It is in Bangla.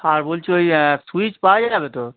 আর বলছি ওই সুইচ পাওয়া যাবে তো